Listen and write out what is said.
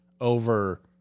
over